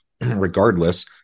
regardless